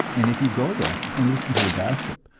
and if you go there and listen to the gossip,